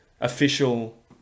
official